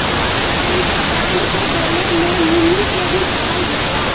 नगरपालिका बांड के बोले में मुनि के भी कहल जाला